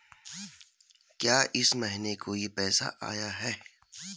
क्या इस महीने कोई पैसा आया है?